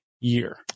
year